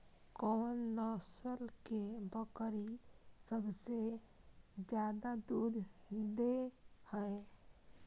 कोन नस्ल के बकरी सबसे ज्यादा दूध दय हय?